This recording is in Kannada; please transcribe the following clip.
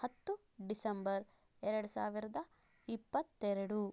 ಹತ್ತು ಡಿಸೆಂಬರ್ ಎರಡು ಸಾವಿರದ ಇಪ್ಪತ್ತೆರಡು